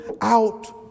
out